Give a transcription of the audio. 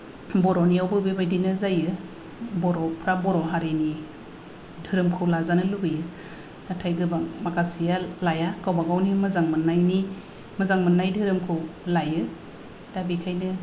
बर'नियावबो बेबायदिनो जायो बर'फोरा बर' हारिनि धोरोमखौ लाजानो लुबैयो नाथाय गोबां माखासेया लाया गावबा गावनि मोजां मोननायनि मोजां मोननाय धोरोमखौ लायो दा बेखायनो